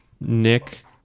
Nick